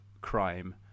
crime